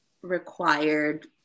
Required